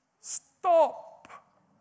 stop